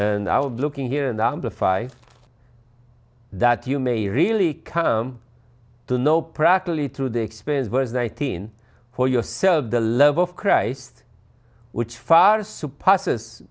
and i was looking here number five that you may really come to know practically through the experience verse nineteen for yourself the love of christ which far supposes